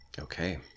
Okay